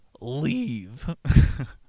leave